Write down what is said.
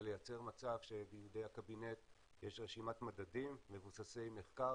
לייצר מצב שבידי הקבינט יש רשימת מדדים מבוססי מחקר,